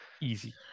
Easy